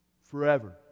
Forever